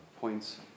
points